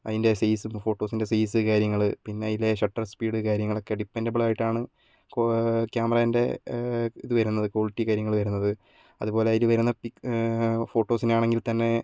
അതിന്റെ സൈസും ഫോട്ടോസിന്റെ സൈസ് കാര്യങ്ങൾ പിന്നെ അതിലെ ഷട്ടർ സ്പീഡ് കാര്യങ്ങളൊക്കെ ഡിപ്പെന്റബിളായിട്ടാണ് ക്യാമറേന്റെ ഇത് വരുന്നത് ക്വാളിറ്റി കാര്യങ്ങൾ വരുന്നത് അതുപോലെ അതിൽ വരുന്ന ഫോട്ടോസിനാണെങ്കിൽ തന്നെ